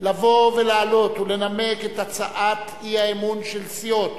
לבוא ולעלות ולנמק את הצעת האי-אמון של סיעות